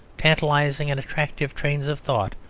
tantalising and attractive trains of thought,